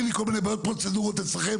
לי כל מיני בעיות פרוצדורות אצלכם.